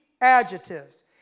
adjectives